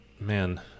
man